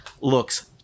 looks